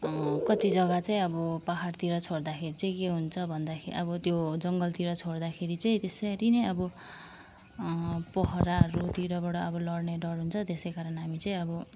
कति जग्गा चाहिँ अब पहाडतिर छोड्दाखेरि चाहिँ के हुन्छ भन्दाखेरि अब त्यो जङ्गलतिर छोड्दाखेरि चाहिँ त्यसरी नै अब पहराहरूतिरबाट अब लड्ने डर हुन्छ त्यसै कारण हामी चाहिँ अब